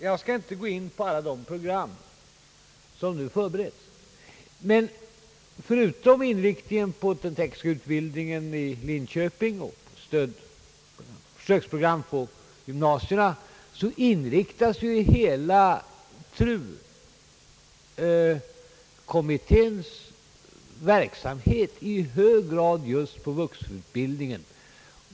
Jag skall inte gå in på alla de program som nu förbereds, men förutom inriktningen på den tekniska utbildningen i Linköping och försöksprogram på gymnasierna inriktas hela TRU-kommitténs verksamhet i hög grad just på vuxenutbildningen.